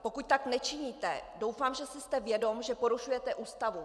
Pokud tak nečiníte, doufám, že jste si vědom, že porušujete Ústavu.